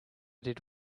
did